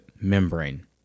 membrane